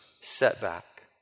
setback